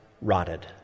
rotted